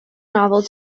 novel